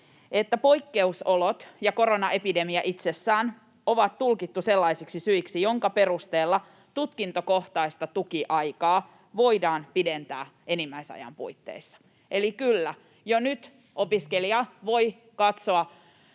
että poikkeusolot ja koronaepidemia itsessään on tulkittu sellaisiksi syiksi, joiden perusteella tutkintokohtaista tukiaikaa voidaan pidentää enimmäisajan puitteissa. Eli kyllä, jo nyt opiskelija voi katsoa